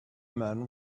men